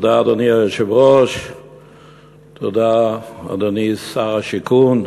אדוני היושב-ראש, תודה, אדוני שר השיכון,